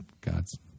God's